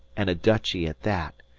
an' a dutchy at that.